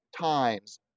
times